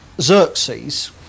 Xerxes